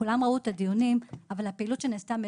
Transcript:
כולם ראו את הדיונים אבל נעשתה פעילות מעבר